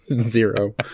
Zero